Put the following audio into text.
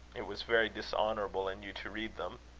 it was very dishonourable in you to read them.